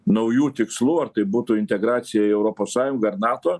naujų tikslų ar tai būtų integracija į europos sąjungą ar nato